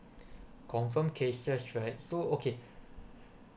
confirm cases right so okay